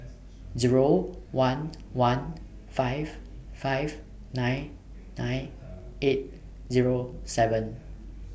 Zero one one five five nine nine eight Zero seven